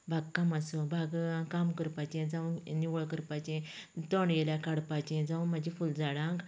बागकाम आसूं बागां काम करपाचे जावं निवळ करपाचें तण येयल्यार काडपाचें जावं म्हाजे फुल झाडांक